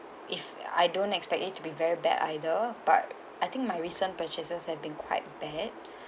if I don't expect it to be very bad either but I think my recent purchases have been quite bad